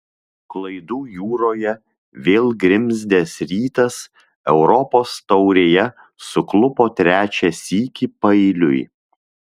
klaidų jūroje vėl grimzdęs rytas europos taurėje suklupo trečią sykį paeiliui